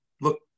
look